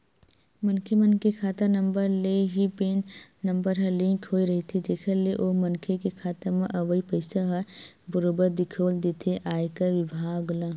मनखे मन के खाता नंबर ले ही पेन नंबर ह लिंक होय रहिथे जेखर ले ओ मनखे के खाता म अवई पइसा ह बरोबर दिखउल देथे आयकर बिभाग ल